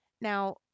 Now